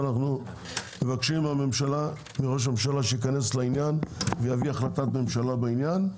ואנחנו מבקשים מראש הממשלה שייכנס לעניין ושיביא החלטת ממשלה בעניין.